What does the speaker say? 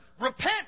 Repent